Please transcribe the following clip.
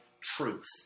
truth